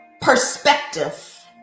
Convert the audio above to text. perspective